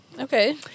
Okay